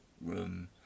room